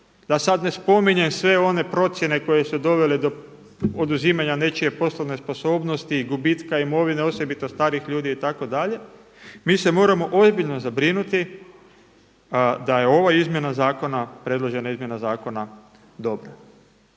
da sad ne spominjem sve one procjene koje su dovele do oduzimanja nečije poslovne sposobnosti, gubitka imovine osobito starijih ljudi itd. Mi se moramo ozbiljno zabrinuti da je ova izmjena zakona, predložena izmjena zakona dobra.